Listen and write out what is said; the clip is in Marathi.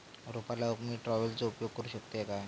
रोपा लाऊक मी ट्रावेलचो उपयोग करू शकतय काय?